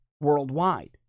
worldwide